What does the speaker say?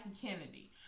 Kennedy